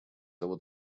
того